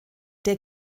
der